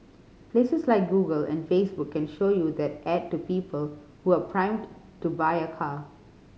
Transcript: places like Google and Facebook can show you that ad to people who are primed to buy a car